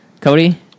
Cody